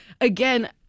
again